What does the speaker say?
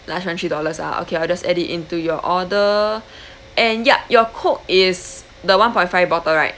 large one three dollars lah okay I'll just add it into your order and ya your coke is the one point five bottle right